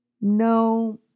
No